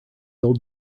old